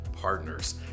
Partners